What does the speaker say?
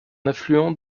affluent